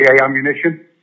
ammunition